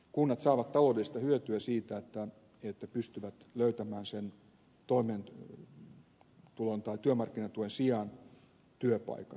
kunnat saavat taloudellista hyötyä siitä että pystyvät löytämään sen toimeentulon tai työmarkkinatuen sijaan työpaikan